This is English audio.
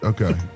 Okay